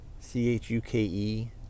C-H-U-K-E